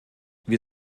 wir